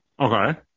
Okay